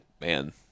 man